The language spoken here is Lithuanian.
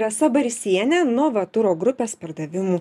rasa barisienė novaturo grupės pardavimų